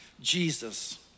Jesus